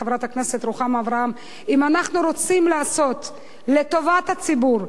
חברת הכנסת רוחמה אברהם אם אנחנו רוצים לעשות לטובת הציבור,